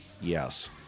Yes